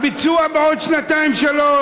הביצוע בעוד שנתיים-שלוש,